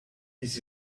this